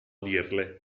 dirle